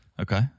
Okay